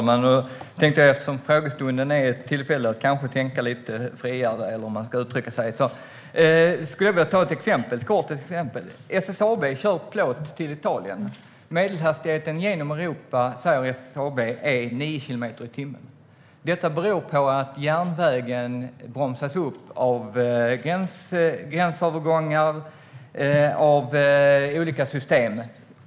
Herr talman! Eftersom frågestunden är ett tillfälle att kanske tänka lite friare skulle jag vilja ta ett kort exempel. SSAB kör plåt till Italien. Medelhastigheten genom Europa är nio kilometer i timmen, säger SSAB. Detta beror på att järnvägen bromsas upp av gränsövergångar och olika system.